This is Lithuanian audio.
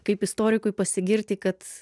kaip istorikui pasigirti kad